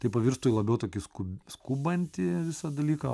tai pavirstų į labiau tokį skub skubantį visą dalyką